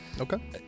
Okay